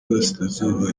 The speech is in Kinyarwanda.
burasirazuba